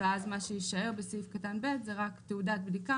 ואז מה שיישאר בסעיף קטן (ב) זה רק: "תעודת בדיקה